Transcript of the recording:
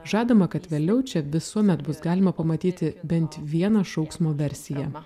žadama kad vėliau čia visuomet bus galima pamatyti bent vieną šauksmo versiją